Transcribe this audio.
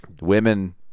women